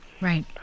Right